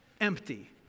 Empty